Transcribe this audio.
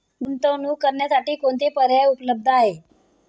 गुंतवणूक करण्यासाठी कोणते पर्याय उपलब्ध आहेत?